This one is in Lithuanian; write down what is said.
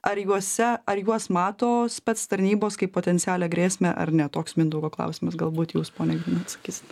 ar juose ar juos mato spec tarnybos kaip potencialią grėsmę ar ne toks mindaugo klausimas galbūt jūs pone grina atsakysit